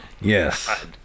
yes